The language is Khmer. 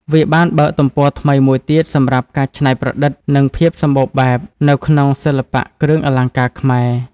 វាបានបើកទំព័រថ្មីមួយទៀតសម្រាប់ការច្នៃប្រឌិត និងភាពសម្បូរបែបនៅក្នុងសិល្បៈគ្រឿងអលង្ការខ្មែរ។